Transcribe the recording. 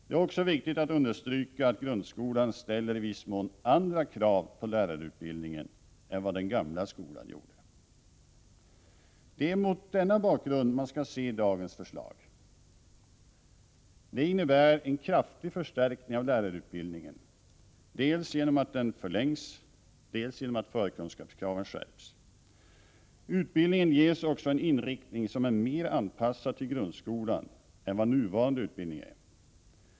Det är också viktigt att understryka att grundskolan i viss mån ställer andra krav på lärarutbildningen än vad den gamla skolan gjorde. Det är mot denna bakgrund man skall se dagens förslag. Det innebär en kraftig förstärkning av lärarutbildningen, dels genom att den förlängs, dels genom att förkunskapskraven skärps. Utbildningen ges också en inriktning som är mera anpassad till grundskolan än vad nuvarande utbildning är.